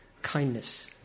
kindness